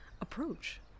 approach